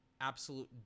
absolute